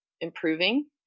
improving